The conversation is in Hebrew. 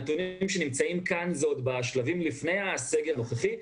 הנתונים שמופיעים כאן הם עוד בשלבים לפני הסגר הנוכחי.